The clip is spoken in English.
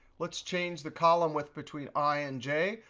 let's change the column width between i and j,